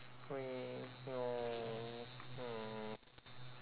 no hmm